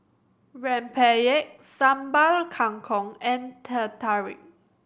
rempeyek Sambal Kangkong and Teh Tarik